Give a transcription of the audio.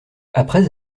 après